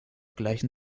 gleichen